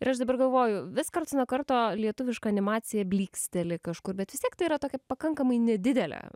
ir aš dabar galvoju vis karts nuo karto lietuviška animacija blyksteli kažkur bet vis tiek tai yra tokia pakankamai nedidelė